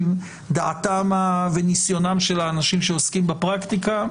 דעתם וניסיונם של האנשים שעוסקים בפרקטיקה.